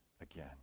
again